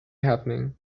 happening